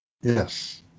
yes